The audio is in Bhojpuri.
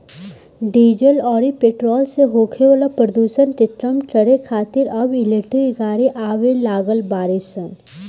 डीजल अउरी पेट्रोल से होखे वाला प्रदुषण के कम करे खातिर अब इलेक्ट्रिक गाड़ी आवे लागल बाड़ी सन